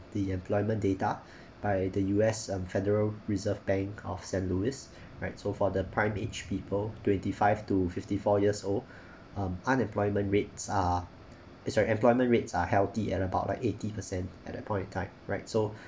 the employment data by the U_S um federal reserve bank of saint louis right so for the prime age people twenty five to fifty four years old um unemployment rates are eh sorry employment rates are healthy at about like eighty percent at that point in time right so